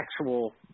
actual